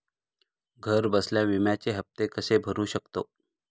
घरबसल्या विम्याचे हफ्ते कसे भरू शकतो?